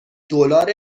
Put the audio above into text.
دلار